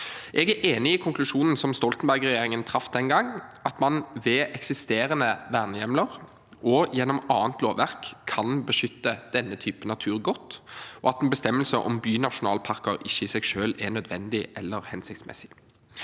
Jeg er enig i konklusjonen som Stoltenberg-regjeringen traff den gang: at man ved eksisterende vernehjemler og gjennom annet lovverk kan beskytte denne typen natur godt, og at en bestemmelse om bynasjonalparker ikke i seg selv er nødvendig eller hensiktsmessig.